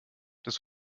das